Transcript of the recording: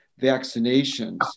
vaccinations